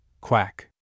Quack